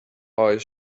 eyes